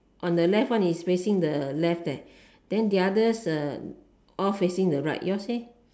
on the left one is facing the left there then the others uh all facing the right yours leh